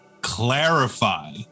Clarify